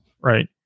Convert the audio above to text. right